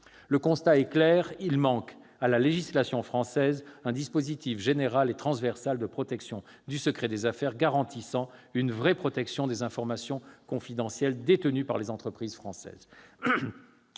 Le constat est clair : il manque à la législation française un dispositif général et transversal de protection du secret des affaires garantissant une vraie protection des informations confidentielles détenues par les entreprises françaises.